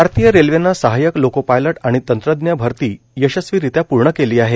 भारतीय रेल्वेनं सहाय्यक लोको पायलट आणि तंत्रज्ञ भरती यशस्वीरित्या पूर्ण केली आहे